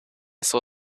saw